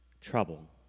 trouble